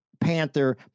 Panther